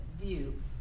view